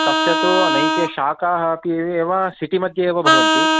तस्य तु अनैके शाकाः अपि एव सिटि मध्ये एव भवन्ति